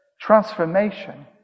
transformation